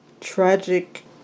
tragic